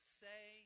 say